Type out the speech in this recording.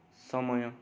समय